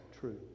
true